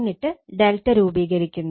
എന്നിട്ട് Δ രൂപീകരിക്കുന്നു